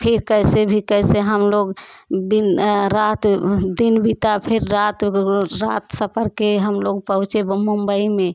फिर कैसे भी कैसे हम लोग दिन रात दिन बिता फिर रात रात सफर किए हम लोग पहुँचे मुंबई में